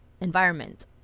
environment